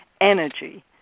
energy